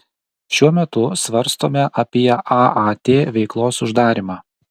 šiuo metu svarstome apie aat veiklos uždarymą